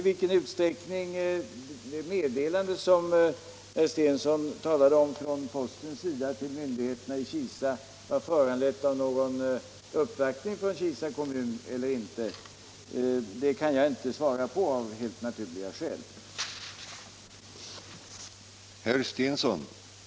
Om det meddelande som herr Stensson talade om från postens sida till myndigheterna i Kisa var föranlett av någon uppvaktning från Kisa kommun eller inte kan jag, av helt naturliga skäl, inte svara på.